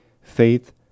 faith